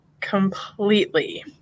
Completely